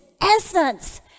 essence